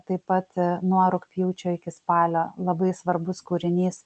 taip pat nuo rugpjūčio iki spalio labai svarbus kūrinys